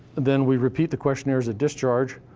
then, we repeat the questionnaires at discharge.